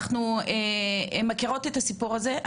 אנחנו מכירות את הסיפור הזה,